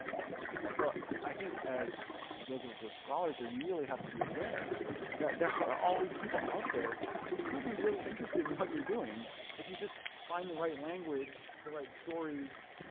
so i think as those of us who are scholars here, you really have to be aware that there are all these people out there who could be really interested in what you're doing if you just find the right language, the right stories,